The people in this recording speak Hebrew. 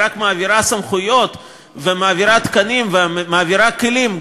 היא רק מעבירה סמכויות ומעבירה תקנים ומעבירה כלים,